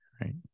right